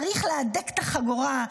צריך להדק את החגורה,